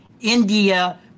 India